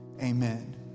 amen